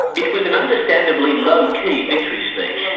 it was an understandably low-key victory speech.